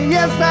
Yes